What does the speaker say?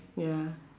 ya